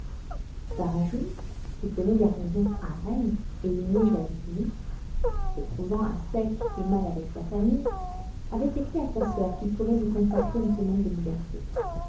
varajou qui tenait garnison à rennes et y menait joyeuse vie se trouvant à sec et mal avec sa famille avait écrit à sa soeur qu'il pourrait lui consacrer une semaine de liberté